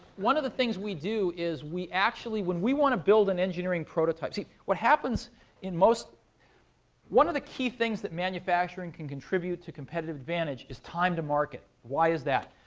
one of the things we do is we actually when we want to build an engineering prototype see what happens in most one of the key things that manufacturing can contribute to competitive advantage is time to market. why is that?